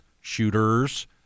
shooters